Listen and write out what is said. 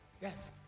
Yes